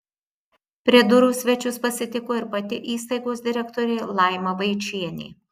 prie durų svečius pasitiko ir pati įstaigos direktorė laima vaičienė